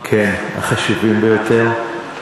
כן, החשובים ביותר.